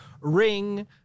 ring